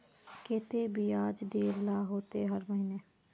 केते बियाज देल ला होते हर महीने?